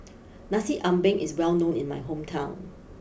Nasi Ambeng is well known in my hometown